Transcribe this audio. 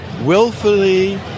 willfully